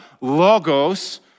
logos